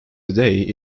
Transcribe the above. today